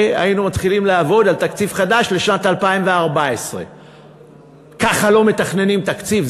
היינו מתחילים לעבוד על תקציב חדש לשנת 2014. ככה לא מתכננים תקציב,